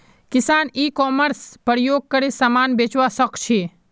किसान e commerce प्रयोग करे समान बेचवा सकछे